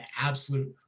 absolute